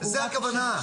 זאת הכוונה.